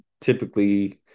typically